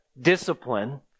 discipline